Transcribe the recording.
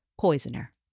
poisoner